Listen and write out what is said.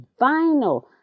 vinyl